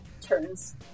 turns